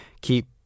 keep